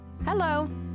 Hello